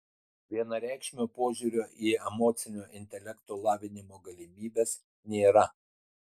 vienareikšmio požiūrio į emocinio intelekto lavinimo galimybes nėra